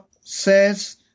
says